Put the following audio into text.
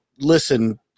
listen